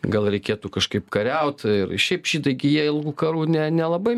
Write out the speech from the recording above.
gal reikėtų kažkaip kariaut ir šiaip žydai gi jie ilgų karų ne nelabai